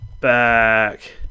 back